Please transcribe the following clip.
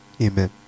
Amen